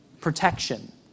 protection